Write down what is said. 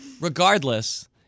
regardless